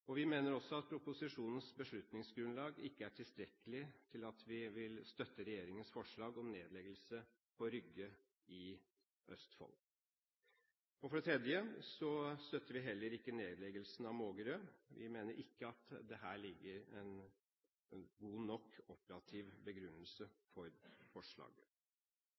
dette. Vi mener også at proposisjonens beslutningsgrunnlag ikke er tilstrekkelig til at vi vil støtte regjeringens forslag om nedleggelse på Rygge i Østfold. For det tredje støtter vi heller ikke nedleggelsen av Mågerø. Vi mener at det her ikke ligger en god nok operativ begrunnelse for forslaget.